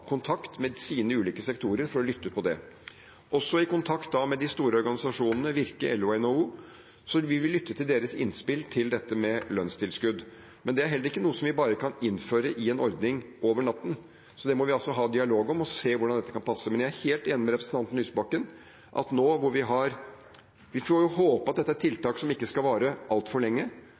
kontakt med sine ulike sektorer for å lytte på det, også i kontakt med de store organisasjonene – Virke, LO og NHO. Så vil vi lytte til deres innspill til dette med lønnstilskudd. Det er heller ikke noe som vi bare kan innføre i en ordning over natten, så det må vi ha dialog om og se hvordan dette kan passe. Men jeg er helt enig med representanten Lysbakken i at nå som vi har tiltak – vi får jo håpe at dette er tiltak som ikke skal vare altfor lenge